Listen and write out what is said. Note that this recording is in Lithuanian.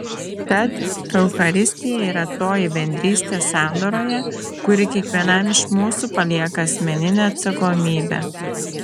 tad eucharistija yra toji bendrystė sandoroje kuri kiekvienam iš mūsų palieka asmeninę atsakomybę